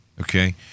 Okay